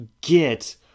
get